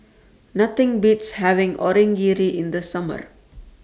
Nothing Beats having Onigiri in The Summer